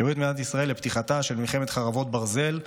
והביאו את מדינת ישראל לפתיחתה של מלחמת חרבות ברזל,